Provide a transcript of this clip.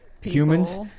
humans